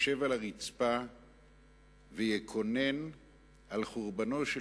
ישב על הרצפה ויקונן על חורבנו של